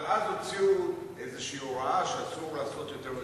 אבל אז הוציאו איזושהי הוראה שאסור לעשות יותר,